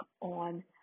on